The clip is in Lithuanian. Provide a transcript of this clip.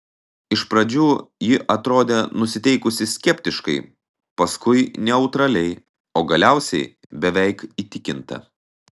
iš pradžių ji atrodė nusiteikusi skeptiškai paskui neutraliai o galiausiai beveik įtikinta